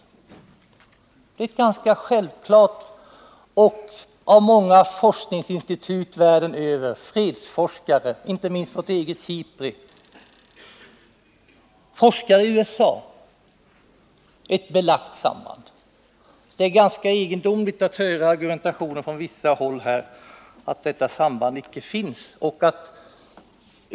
Det är ett ganska självklart och av många fredsforskare och forskningsinstitut världen över belagt samband — jag tänker på forskare inte minst vid vårt eget SIPRI och i USA. Det är då egendomligt att höra argumentationen från vissa håll här att detta samband inte finns.